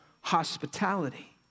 hospitality